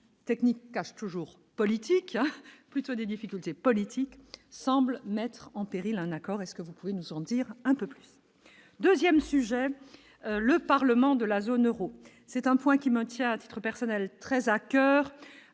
technique cache toujours politique a plutôt des difficultés politiques semblent mettre en péril un accord est-ce que vous pouvez nous en dire un peu plus 2ème sujet : le parlement de la zone Euro, c'est un point qui me tient à titre personnel, très à coeur,